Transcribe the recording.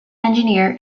engineer